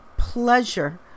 pleasure